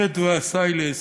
חדוה סיילס,